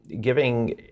giving